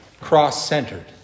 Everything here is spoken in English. Cross-centered